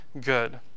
good